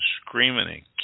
screaming